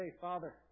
Father